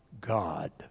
God